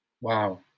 Wow